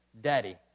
daddy